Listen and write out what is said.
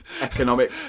economic